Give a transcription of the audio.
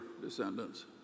descendants